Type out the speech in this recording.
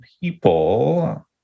people